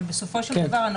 אבל בסופו של דבר,